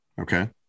Okay